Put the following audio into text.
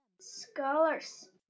scholars